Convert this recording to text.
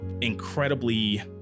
Incredibly